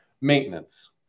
Maintenance